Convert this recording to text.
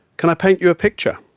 can i paint you a picture?